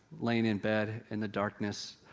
lying in bed in the darkness,